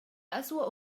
أسوأ